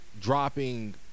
dropping